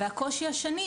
והקושי השני,